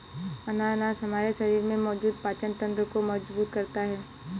अनानास हमारे शरीर में मौजूद पाचन तंत्र को मजबूत करता है